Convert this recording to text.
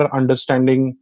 understanding